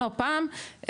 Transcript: לא פעם,